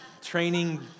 training